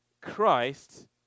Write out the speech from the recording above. Christ